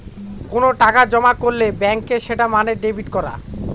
কোনো টাকা জমা করলে ব্যাঙ্কে সেটা মানে ডেবিট করা